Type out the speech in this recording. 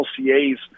LCA's